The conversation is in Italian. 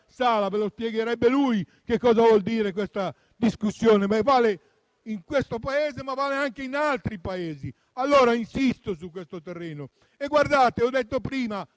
sala, ve lo spiegherebbe lui cosa vuol dire questa discussione, che vale in questo Paese, ma vale anche in altri Paesi. Insisto su questo terreno. Ho detto prima